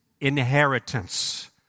inheritance